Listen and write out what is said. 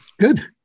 Good